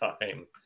time